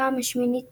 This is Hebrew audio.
בפעם השמינית ברציפות.